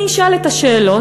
אני אשאל את השאלות,